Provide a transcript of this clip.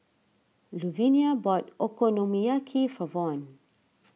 Luvinia bought Okonomiyaki for Von